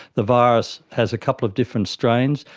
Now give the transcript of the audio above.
the virus has a couple of different strains.